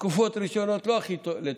מהתקופות הראשונות לא הכי לטובה,